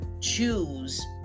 choose